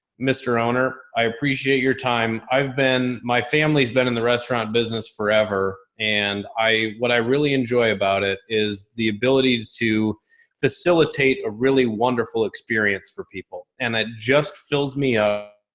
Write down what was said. mr owner, i appreciate your time. i've been, my family's been in the restaurant business forever and i, what i really enjoy about it is the ability to facilitate a really wonderful experience for people. and that just fills me, ah,